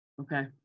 Okay